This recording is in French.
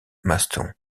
maston